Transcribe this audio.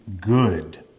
good